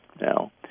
now